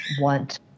want